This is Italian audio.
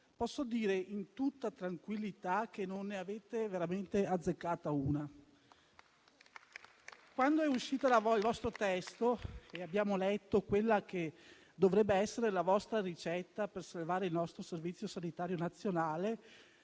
Posso dire in tutta tranquillità che non ne avete veramente azzeccata una. Quando è apparso il vostro testo e abbiamo letto quella che dovrebbe essere la vostra ricetta per salvare il nostro Servizio sanitario nazionale,